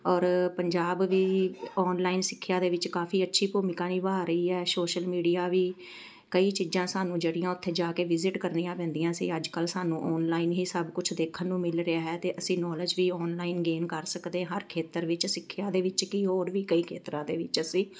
ਔਰ ਪੰਜਾਬ ਵੀ ਔਨਲਾਈਨ ਸਿੱਖਿਆ ਦੇ ਵਿੱਚ ਕਾਫ਼ੀ ਅੱਛੀ ਭੂਮਿਕਾ ਨਿਭਾ ਰਹੀ ਹੈ ਸੋਸ਼ਲ ਮੀਡੀਆ ਵੀ ਕਈ ਚੀਜ਼ਾਂ ਸਾਨੂੰ ਜਿਹੜੀਆਂ ਉੱਥੇ ਜਾ ਕੇ ਵਿਜ਼ਿਟ ਕਰਨੀਆਂ ਪੈਂਦੀਆਂ ਸੀ ਅੱਜ ਕੱਲ੍ਹ ਸਾਨੂੰ ਔਨਲਾਈਨ ਹੀ ਸਭ ਕੁਛ ਦੇਖਣ ਨੂੰ ਮਿਲ ਰਿਹਾ ਹੈ ਅਤੇ ਅਸੀਂ ਨੌਲਜ ਵੀ ਔਨਲਾਈਨ ਗੇਮ ਕਰ ਸਕਦੇ ਹਰ ਖੇਤਰ ਵਿੱਚ ਸਿੱਖਿਆ ਦੇ ਵਿੱਚ ਕਿ ਹੋਰ ਵੀ ਕਈ ਖੇਤਰਾਂ ਦੇ ਵਿੱਚ ਅਸੀਂ